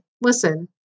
listen